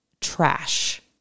trash